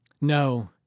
No